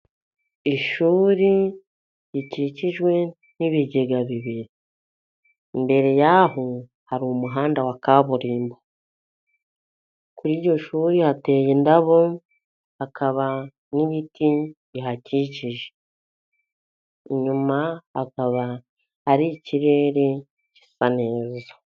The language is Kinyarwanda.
Ishuri rikikijwe n'ibigega bibiri, imbere yaho hari umuhanda wa kaburimbo. Kuri iryo shuri hateye indabo, hakaba n'ibiti bihakikije, inyuma hakaba hari ikirere gisa neza.